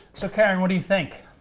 so karen, what do you think?